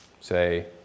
say